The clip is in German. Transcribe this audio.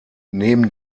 neben